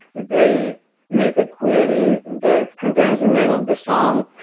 they make a query that contains the name of the song,